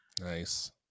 Nice